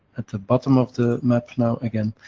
at the bottom of the map, now, again,